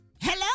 Hello